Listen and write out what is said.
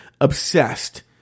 obsessed